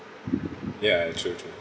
ya true true